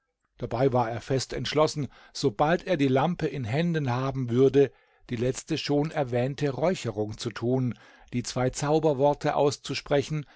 dabei war er fest entschlossen sobald er die lampe in händen haben würde die letzte schon erwähnte räucherung zu tun die zwei zauberworte auszusprechen